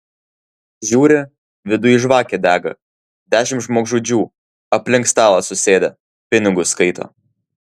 žiūri viduj žvakė dega dešimt žmogžudžių aplink stalą susėdę pinigus skaito